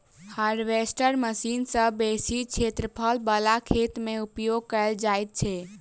harvester machine सॅ बेसी क्षेत्रफल बला खेत मे उपयोग कयल जाइत छै